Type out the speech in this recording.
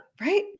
Right